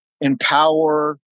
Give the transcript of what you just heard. empower